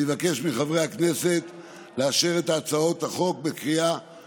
אני מבקש מחברי הכנסת לאשר את הצעת החוק בקריאה